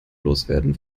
loswerden